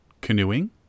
canoeing